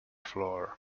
floor